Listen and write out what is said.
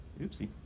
Oopsie